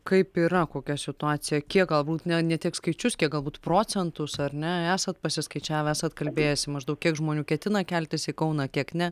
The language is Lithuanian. kaip yra kokia situacija kiek galbūt ne ne tiek skaičius kiek galbūt procentus ar ne esat pasiskaičiavę esat kalbėjęsi maždaug kiek žmonių ketina keltis į kauną kiek ne